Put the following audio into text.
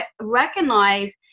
recognize